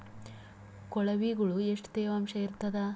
ಕೊಳವಿಗೊಳ ಎಷ್ಟು ತೇವಾಂಶ ಇರ್ತಾದ?